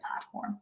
platform